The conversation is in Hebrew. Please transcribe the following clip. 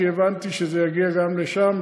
כי הבנתי שזה יגיע גם לשם,